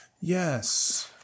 Yes